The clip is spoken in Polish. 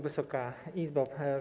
Wysoka Izbo!